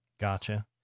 Gotcha